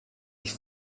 ich